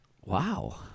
Wow